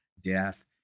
death